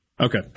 Okay